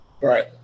right